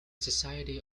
society